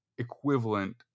equivalent